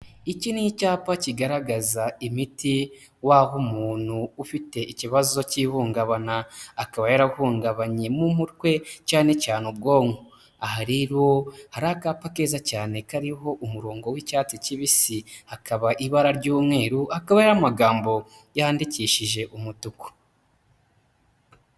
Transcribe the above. Iki ni icyapa kigaragaza imiti waha umuntu ufite ikibazo cy'ihungabana, akaba yarahungabanye mu mutwe cyane cyane ubwonko, aha rero hari akapa keza cyane kariho umurongo w'icyatsi kibisi hakaba ibara ry'umweru, hakaba hariho n'amagambo yandikishije umutuku.